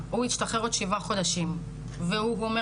הוא ישתחרר בעוד שבעה חודשים והוא אומר